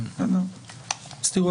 אז תראו,